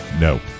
no